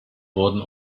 wurden